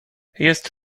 jest